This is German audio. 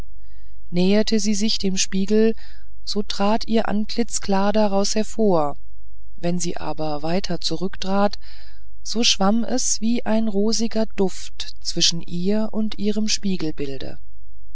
näherte sie sich dem spiegel so trat ihr antlitz klar daraus hervor wenn sie aber weiter zurücktrat so schwamm es wie ein rosiger duft zwischen ihr und ihrem